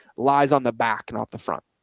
lies on the back and out the front.